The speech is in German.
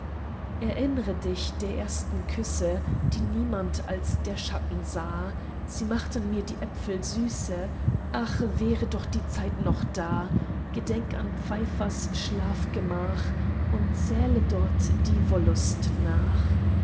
erinnre dich der ersten küsse die niemand als der schatten sah sie machten mir die äpfel süße ach wäre doch die zeit noch da gedenk an pfeifers schlafgemach und zähle dort die wollust nach